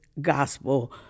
gospel